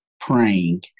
praying